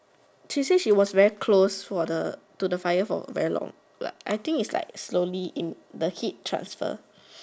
she say she was very close for the to the fire for very long like I think it's like slowly in the heat transfer